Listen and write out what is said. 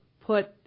put